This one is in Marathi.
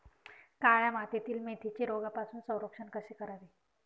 काळ्या मातीतील मेथीचे रोगापासून संरक्षण कसे करावे?